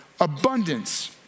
abundance